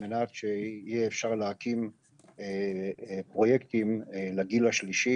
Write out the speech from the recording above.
על מנת שיהיה אפשר להקים פרויקטים לגיל השלישי,